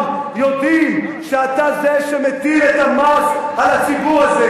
יודעים שאתה זה שמטיל את המס על הציבור הזה.